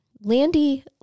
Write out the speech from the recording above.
Landy